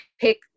pick